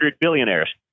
billionaires